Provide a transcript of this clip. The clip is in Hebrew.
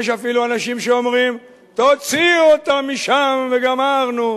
יש אפילו אנשים שאומרים: תוציאו אותם משם וגמרנו.